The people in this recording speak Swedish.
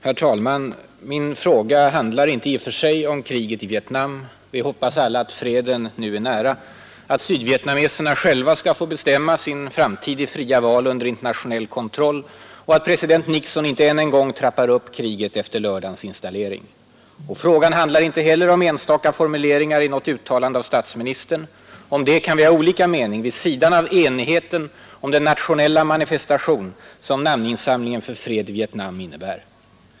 Herr talman! Min fråga handlar inte i och för sig om kriget i Vietnam. Vi hoppas alla att freden nu är nära, att sydvietnameserna själva skall få bestämma sin framtid i fria val under internationell kontroll och att president Nixon inte än en gång trappar upp kriget efter lördagens installering. Frågan handlar inte heller om enstaka formuleringar i något uttalande av statsministern. Om det kan vi ha olika mening vid sidan av enigheten om den nationella manifestation som namninsamlingen för fred i Vietnam innebär.